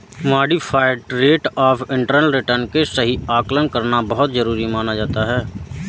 modified rate of internal return के सही आकलन करना बहुत जरुरी माना जाता है